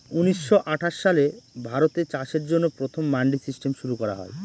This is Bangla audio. উনিশশো আঠাশ সালে ভারতে চাষের জন্য প্রথম মান্ডি সিস্টেম শুরু করা হয়